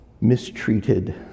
mistreated